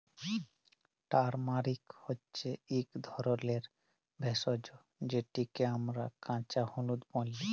turmeric হছে ইক ধরলের ভেষজ যেটকে আমরা কাঁচা হলুদ ব্যলি